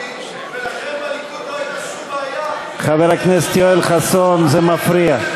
בליכוד, חבר הכנסת יואל חסון, זה מפריע.